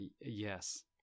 yes